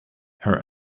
her